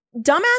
dumbass